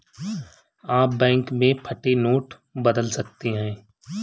आप बैंक में फटे नोट बदल सकते हैं